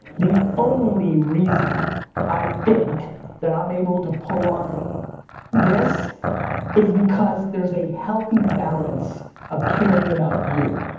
the only reason i think that i'm able to pull off this is because there's a healthy balance of caring about you.